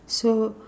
so